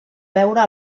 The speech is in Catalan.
veure